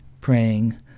praying